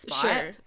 Sure